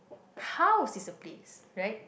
house is a place right